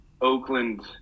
Oakland –